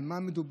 על מה מדובר?